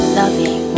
loving